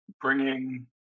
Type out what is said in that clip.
bringing